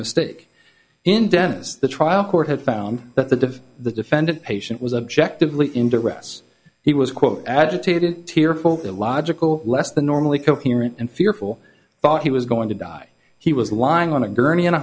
mistake in dennis the trial court had found that the the defendant patient was objective lee into us he was quote agitated tearful illogical less than normally coherent and fearful thought he was going to die he was lying on a gurney in a